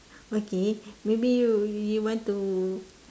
okay maybe you you want to